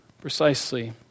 precisely